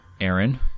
Aaron